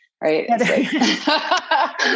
right